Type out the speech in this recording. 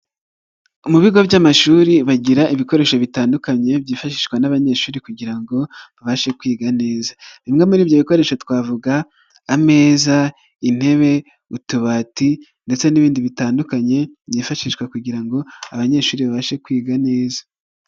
Mu bigo by'amashuri bagira ibikoresho bitandukanye byifashishwa n'abanyeshuri kugira ngo babashe kwiga neza, bimwe muri ibyo bikoresho twavuga ameza, intebe, utubati, ndetse n'ibindi bitandukanye, byifashishwa kugira ngo abanyeshuri babashe kwiga neza.